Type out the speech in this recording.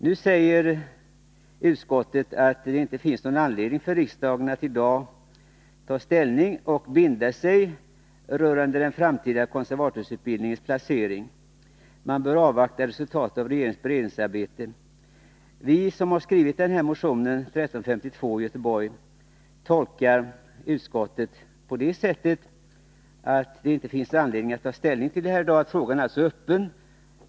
Nu säger utskottet att det inte finns någon anledning för riksdagen att i dag ta ställning och binda sig rörande den framtida konservatorsutbildningens placering. Man bör avvakta resultatet av regeringens beredningsarbete. Vi från Göteborg som har skrivit motion 1352 tolkar utskottet på det sättet att det inte finns anledning att ta ställning till frågan, som alltså är öppen.